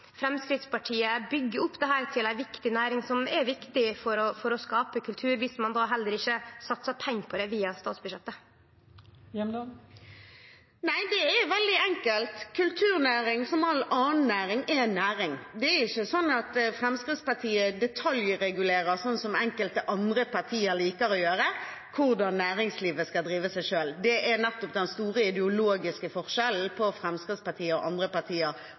Framstegspartiet byggje opp dette til ei viktig næring, som er viktig for å skape kultur, om ein heller ikkje satsar pengar på det via statsbudsjettet? Det er veldig enkelt. Kulturnæring, er næring – som all annen næring. Det er ikke sånn at Fremskrittspartiet detaljregulerer, slik enkelte andre partier liker å gjøre, hvordan næringslivet skal drive seg selv. Det er nettopp den store ideologiske forskjellen på Fremskrittspartiet og andre